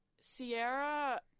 Sierra